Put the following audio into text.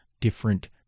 different